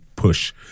push